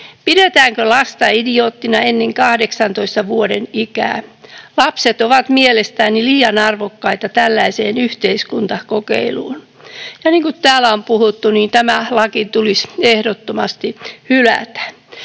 Pidetäänkö lasta idioottina ennen 18 vuoden ikää? Lapset ovat mielestäni liian arvokkaita tällaiseen yhteiskuntakokeiluun.” Ja niin kuin täällä on puhuttu, tämä laki tulisi ehdottomasti hylätä.